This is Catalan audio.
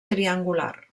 triangular